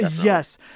Yes